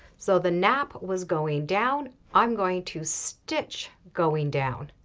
so the nap was going down i'm going to stitch going down.